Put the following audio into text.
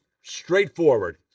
straightforward